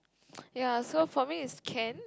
ya so for me is can